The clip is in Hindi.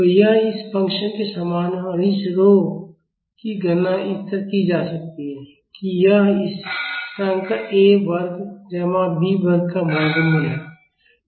तो यह इस फ़ंक्शन के समान है और इस rho की गणना इस तरह की जा सकती है कि यह इस स्थिरांक a वर्ग जमा b वर्ग का वर्गमूल है